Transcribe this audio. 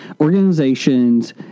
organizations